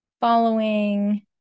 following